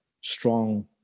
strong